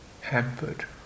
hampered